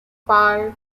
five